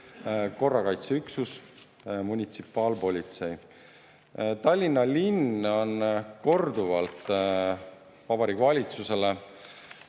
korrakaitseüksus munitsipaalpolitsei. Tallinna linn on korduvalt teinud Vabariigi Valitsusele